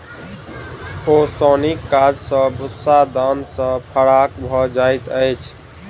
ओसौनीक काज सॅ भूस्सा दाना सॅ फराक भ जाइत अछि